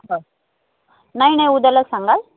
बरं नाही नाही उद्याला सांगाल